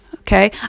Okay